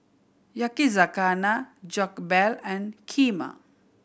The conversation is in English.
Yakizakana Jokbal and Kheema